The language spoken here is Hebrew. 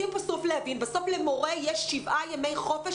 ביקשתי מיו"ר ארגון הילדים החולים